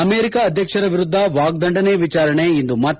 America ಅಧ್ಯಕ್ಷರ ವಿರುದ್ದ ವಾಗ್ಗಂಡನೆ ವಿಚಾರಣೆ ಇಂದು ಮತ್ತೆ ಆರಂಭ